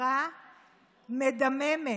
מפגרה מדממת,